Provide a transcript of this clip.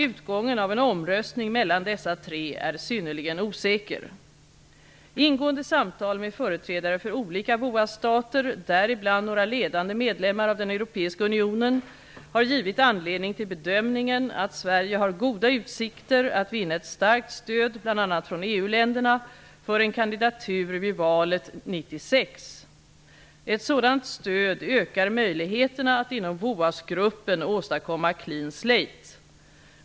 Utgången av en omröstning mellan dessa tre är synnerligen osäker. stater, däribland några ledande medlemmar av den europeiska unionen, har givit anledning till bedömningen att Sverige har goda utsikter att vinna ett starkt stöd, bl.a. från EU-länderna, för en kandidatur vid valet 1996. Ett sådant stöd ökar möjligheterna att inom VOAS-gruppen åstadkomma ''clean slate''.